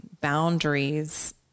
boundaries